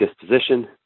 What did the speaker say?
disposition